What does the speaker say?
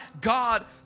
God